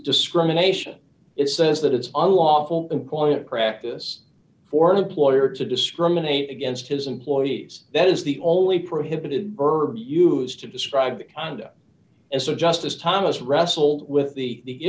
discrimination it says that it's unlawful unquiet practice for an employer to discriminate against his employees that is the only prohibited herb used to describe the ana and so justice thomas wrestle with the the